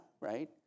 right